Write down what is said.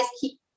keep